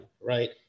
Right